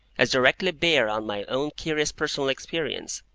as directly bear on my own curious personal experience.